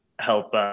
help